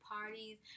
parties